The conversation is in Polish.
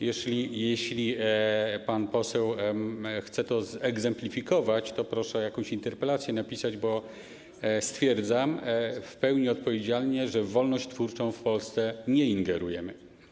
Jeśli pan poseł chce to zegzemplifikować, to proszę jakąś interpelację napisać, bo stwierdzam w pełni odpowiedzialnie, że w wolność twórczą w Polsce nie ingerujemy.